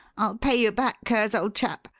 i'll pay you back, curz, old chap!